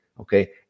Okay